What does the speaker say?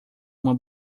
uma